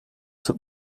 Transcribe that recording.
tut